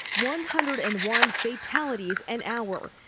one hundred and one fatalities an hour.